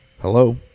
Hello